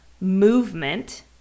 movement